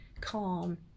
calm